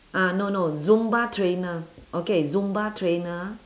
ah no no zumba trainer okay zumba trainer